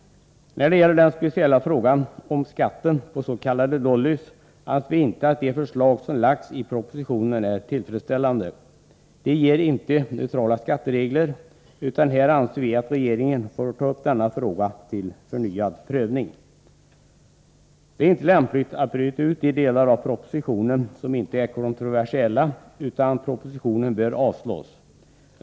När det gäller den speciella frågan om skatten på s.k. dollys anser vi inte att de förslag som lagts i propositionen är tillfredsställande. De ger inte neutrala skatteregler, utan här anser vi att regeringen får ta upp denna fråga till förnyad prövning. Det är inte lämpligt att bryta ut de delar av propositionen som inte är kontroversiella, utan propositionen bör avslås.